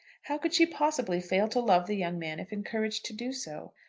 how could she possibly fail to love the young man if encouraged to do so?